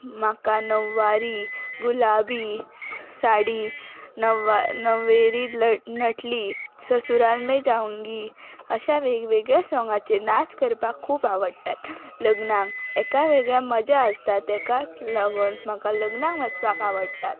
म्हाका नव्वारी गुलाबी साडी नव्वा नव्वेरी ल नटली ससुराल मे जाउंगी अश्या वेग वेगळ्या सॉंगाचेर नाच करपाक खूब आवडटा लग्नाक एका वेगळ्या मजा आसता ताकात लागून म्हाका लग्नाक वचपाक आवडटा